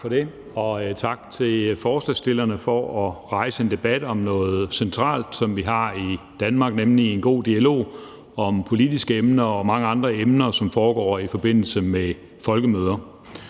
Tak for det. Og tak til forslagsstillerne for at rejse en debat om noget centralt, som vi har i Danmark, nemlig en god dialog om politiske emner og mange andre emner, som foregår i forbindelse med folkemøder.